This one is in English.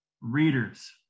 readers